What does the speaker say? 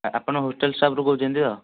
ଆପଣ ହୋଟେଲ ସପରୁ କହୁଛନ୍ତି ତ